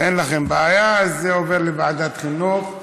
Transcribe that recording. אין לכם בעיה, אז זה עובר לוועדת חינוך.